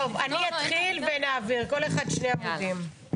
אני אתחיל ונעביר, כל אחת שני עמודים.